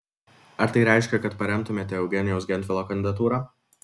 ar tai reiškia kad paremtumėte eugenijaus gentvilo kandidatūrą